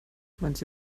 manche